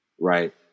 right